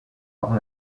par